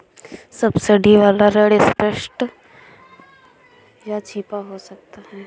subsidy वाला ऋण स्पष्ट या छिपा हुआ हो सकता है